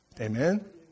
Amen